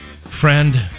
Friend